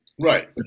Right